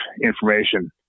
information